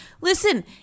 Listen